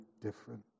different